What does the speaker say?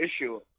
issue